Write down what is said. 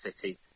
City